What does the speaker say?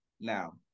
now